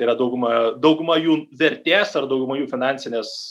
yra dauguma dauguma jų vertės ar dauguma jų finansinės